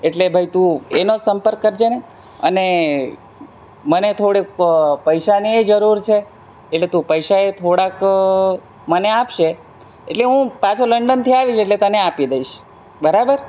એટલે ભાઈ તું એનો સંપર્ક કરજે ને અને મને થોડીક પૈસાનીયે જરૂર છે એટલે તું પૈસાએ થોડાક મને આપશે એટલે હું પાછો લંડનથી આવીશ એટલે તને આપી દઇશ બરાબર